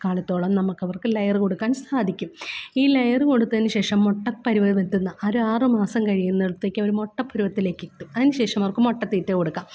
കാലത്തോളം നമുക്കവർക്ക് ലെയര് കൊടുക്കാൻ സാധിക്കും ഈ ലെയര് കൊടുത്തതിന് ശേഷം മുട്ടപ്പരുവമെത്തുന്ന ഒരാറു മാസം കഴിയുന്നിടത്തേക്കവര് മുട്ടപ്പരുവത്തിലേക്കെത്തും അതിന് ശേഷമവർക്ക് മുട്ടത്തീറ്റ കൊടുക്കാം